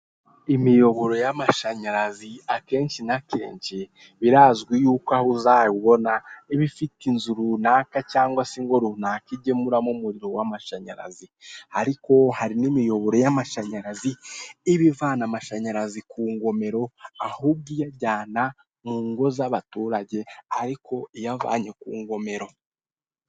Imiyoboro y'amashanyarazi akenshi na kenshi birazwi ko aho uzawubona iba ifite inzu runaka cyangwa se ingo runaka igemuramo umuriro w'amashanyarazi ariko hari n'imiyoboro y'amashanyarazi iba ivana amashanyarazi ku ngomero ahubwo iyajyana mu ngo z'abaturage ariko iyavanye ku ngomero.